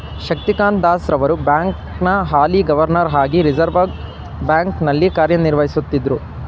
ಶಕ್ತಿಕಾಂತ್ ದಾಸ್ ರವರು ಬ್ಯಾಂಕ್ನ ಹಾಲಿ ಗವರ್ನರ್ ಹಾಗಿ ರಿವರ್ಸ್ ಬ್ಯಾಂಕ್ ನಲ್ಲಿ ಕಾರ್ಯನಿರ್ವಹಿಸುತ್ತಿದ್ದ್ರು